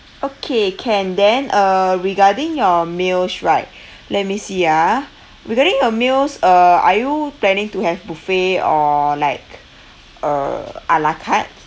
okay can then uh regarding your meals right let me see ah regarding your meals uh are you planning to have buffet or like uh ala carte